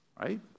right